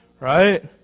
Right